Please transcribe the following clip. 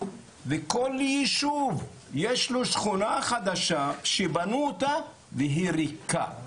וכל יישוב יש לו שכונה חדשה שבנו אותה והיא ריקה,